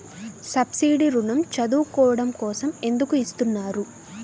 Subsidy ఋణం చదువుకోవడం కోసం ఎందుకు ఇస్తున్నారు?